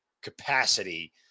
capacity